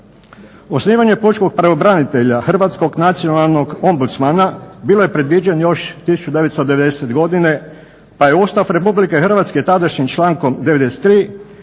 Osnivanje pučkog pravobranitelja Hrvatskog nacionalnog ombudsmana bilo je predviđeno još 1990. godine pa je Ustav RH tadašnjim člankom 93.